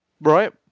Right